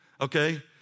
okay